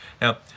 Now